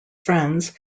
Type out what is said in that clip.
friends